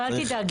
אל תדאג,